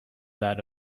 that